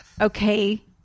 Okay